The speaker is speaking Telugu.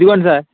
ఇదిగోండి సార్